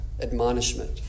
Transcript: admonishment